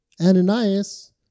Ananias